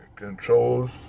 controls